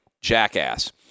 jackass